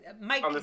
Mike